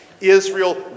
Israel